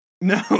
no